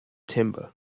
timber